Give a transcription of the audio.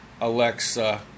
Alexa